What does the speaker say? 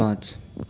पाँच